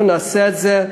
אנחנו נעשה את זה,